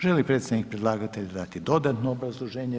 Želi li predstavnik predlagatelja dati dodatno obrazloženje?